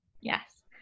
Yes